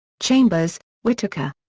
chambers, whittaker.